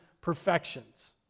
perfections